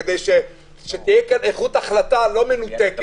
כדי שתהיה כאן איכות החלטה לא מנותקת.